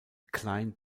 klein